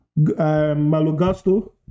Malogasto